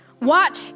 Watch